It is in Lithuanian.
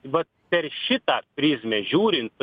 va per šitą prizmę žiūrint